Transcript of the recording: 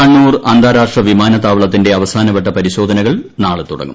കണ്ണൂർ അന്താരാഷ്ട്ര വിമാന്ത്താവളത്തിന്റെ അവസാനവട്ട പരിശോധനക്ക്ൾ നാളെ തുടങ്ങും